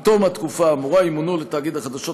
עם תום התקופה האמורה ימונו לתאגיד החדשות